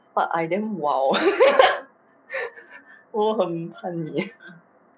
but I damn wild 我很很恶